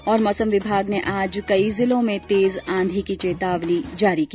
्मौसम विभाग ने आज कई जिलों में तेज आंधी की चेतावनी जारी की